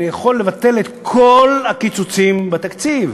אני יכול לבטל את כל הקיצוצים בתקציב.